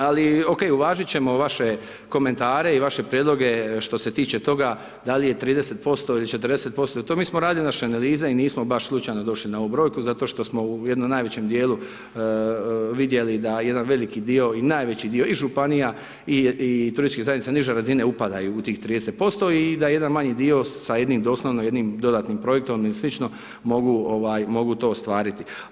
Ali, ok, uvažiti ćemo vaše komentare i vaše prijedloge, što se tiče toga, da li je 30% ili 40% i mi smo radili naše analize i nismo vaš slučajno došli na ovu brojku, zato što smo u jednom najvećim dijelom vidjeli da jedan veliki dio i najveći dio i županija i turističke zajednice niže razine upadaju u tihi 30% i da jedan manji dio sa jednim, doslovno jednim dodatnim projektom ili slično mogu to ostvariti.